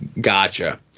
Gotcha